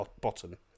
bottom